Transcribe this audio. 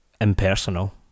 Impersonal